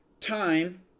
time